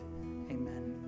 Amen